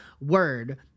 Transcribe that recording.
word